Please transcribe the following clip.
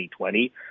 2020